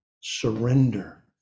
Surrender